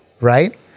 right